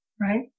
right